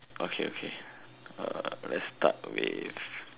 okay okay let's start with